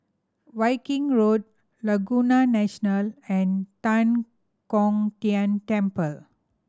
Viking Road Laguna National and Tan Kong Tian Temple